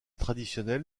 traditionnel